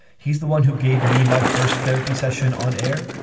he's the one who gave me my first therapy session on air.